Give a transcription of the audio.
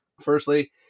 firstly